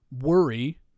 worry